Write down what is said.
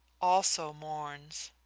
also mourns.